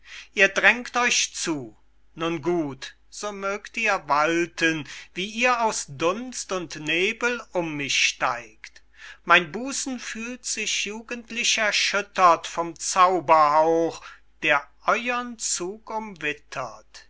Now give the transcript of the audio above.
ihr drängt euch zu nun gut so mögt ihr walten wie ihr aus dunst und nebel um mich steigt mein busen fühlt sich jugendlich erschüttert vom zauberhauch der euren zug umwittert